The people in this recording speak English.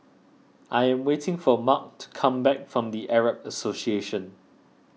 I am waiting for Marc to come back from the Arab Association